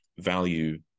value